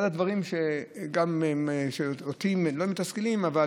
אחד הדברים שאותי, לא מתסכלים, אבל